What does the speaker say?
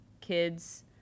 kids